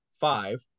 five